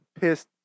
pissed